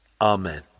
Amen